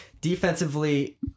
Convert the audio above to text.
Defensively